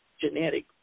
genetic